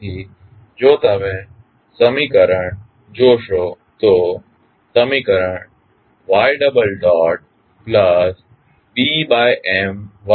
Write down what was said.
તેથી જો તમે સમીકરણ જોશો તો સમીકરણ ytBMytKMyt1Mft છે